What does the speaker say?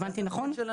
הבנתי נכון?